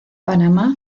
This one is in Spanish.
panamá